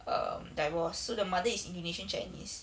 um divorce so the mother is indonesian chinese